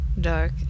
Dark